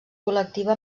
col·lectiva